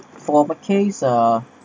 for of a case uh